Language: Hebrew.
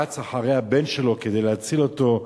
רץ אחרי הבן שלו כדי להציל אותו,